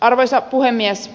arvoisa puhemies